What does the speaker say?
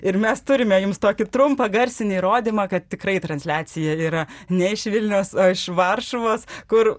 ir mes turime jums tokį trumpą garsinį įrodymą kad tikrai transliacija yra ne iš vilniaus o iš varšuvos kur